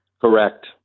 Correct